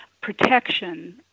protection